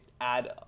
add